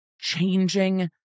changing